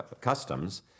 customs